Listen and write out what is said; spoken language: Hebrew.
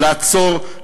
לעצור,